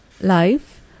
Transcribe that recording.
life